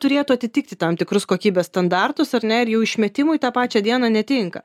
turėtų atitikti tam tikrus kokybės standartus ar ne ir jau išmetimui tą pačią dieną netinka